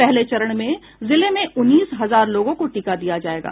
पहले चरण में जिले में उन्नीस हजार लोगों को टीका दिया जायेगा